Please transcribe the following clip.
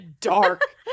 dark